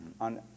on